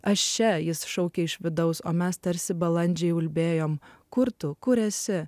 aš čia jis šaukė iš vidaus o mes tarsi balandžiai ulbėjo kur tu kur esi